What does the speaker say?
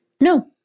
No